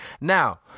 Now